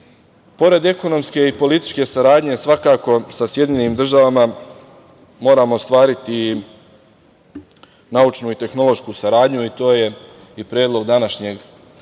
ekonomske i političke saradnje sa Sjedinjenim Državama moramo ostvariti naučnu i tehnološku saradnju, i to je i predlog današnjeg